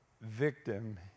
victim